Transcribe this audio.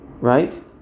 Right